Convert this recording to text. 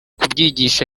kubyigisha